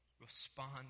respond